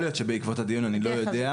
יכול להיות שבעקבות הדיון, אני לא יודע.